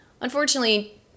Unfortunately